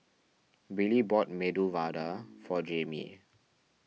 Billie bought Medu Vada for Jamie